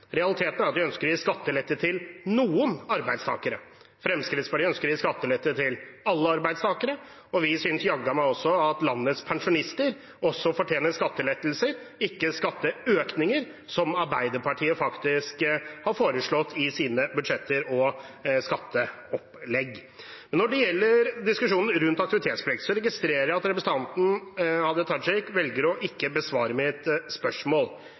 Realiteten er at de ønsker å gi skattelette til noen arbeidstakere. Fremskrittspartiet ønsker å gi skattelette til alle arbeidstakere, og vi synes jaggu meg også at landets pensjonister fortjener skattelettelser, ikke skatteøkninger, som Arbeiderpartiet faktisk har foreslått i sine budsjetter og skatteopplegg. Når det gjelder diskusjonen rundt aktivitetsplikt, registrerer jeg at representanten Hadia Tajik velger å ikke besvare mitt spørsmål.